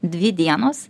dvi dienos